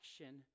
action